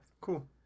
Cool